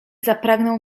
zapragnął